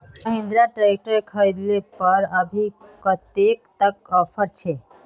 Mahindra tractor खरीद ले पर अभी कतेक तक ऑफर छे?